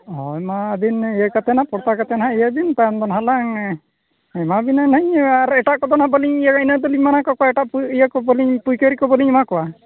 ᱦᱚᱭ ᱚᱱᱟ ᱟᱵᱤᱱ ᱤᱭᱟᱹ ᱠᱟᱛᱮᱫ ᱱᱟᱦᱟᱜ ᱯᱚᱲᱛᱟ ᱠᱟᱛᱮᱫ ᱱᱟᱦᱟᱜ ᱤᱭᱟᱹᱭᱵᱤᱱ ᱛᱟᱭᱚᱢᱫᱚ ᱱᱟᱦᱟᱜᱞᱟᱝ ᱮᱢᱟᱵᱤᱱᱟᱞᱤᱧ ᱟᱨ ᱮᱴᱟᱜᱠᱚᱫᱚ ᱱᱟᱦᱟᱜ ᱵᱟᱞᱤᱧ ᱤᱭᱟᱹ ᱤᱱᱟᱹᱫᱚᱞᱤᱧ ᱢᱟᱱᱟ ᱠᱚᱣᱟ ᱚᱠᱚᱭᱴᱟᱜ ᱤᱭᱟᱹᱠᱚ ᱯᱟᱹᱭᱠᱟᱹᱨᱤᱠᱚ ᱵᱟᱹᱞᱤᱧ ᱮᱢᱟᱠᱚᱣᱟ